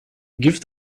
give